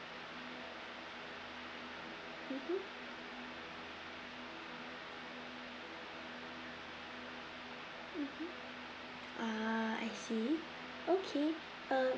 mmhmm mmhmm a'ah I see okay uh